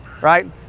right